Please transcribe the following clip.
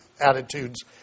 attitudes